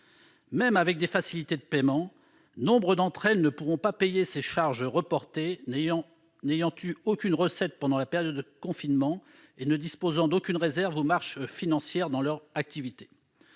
Même avec des facilités de paiement, nombre d'entre elles ne pourront pas payer ces charges reportées, n'ayant perçu aucune recette pendant la période de confinement et ne disposant d'aucune réserve ou marge financière dans leur activité.